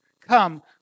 Come